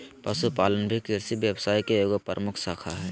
पशुपालन भी कृषि व्यवसाय के एगो प्रमुख शाखा हइ